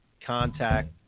contact